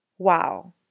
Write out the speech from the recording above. Wow